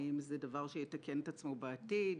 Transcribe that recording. האם זה דבר שיתקן עצמו בעתיד?